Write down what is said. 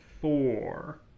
four